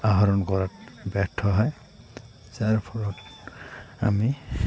আহৰণ কৰাত ব্যৰ্থ হয় যাৰ ফলত আমি